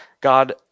God